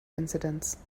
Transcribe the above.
incidents